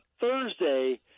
Thursday